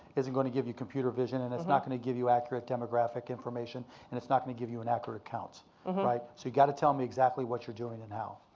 isn't gonna give you computer vision and it's not gonna give you accurate demographic information and it's not gonna give you an accurate count. like so you gotta tell me exactly what you're doing and how.